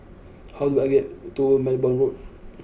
how do I get to Belmont Road